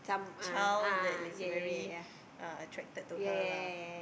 child that is very uh attracted to her lah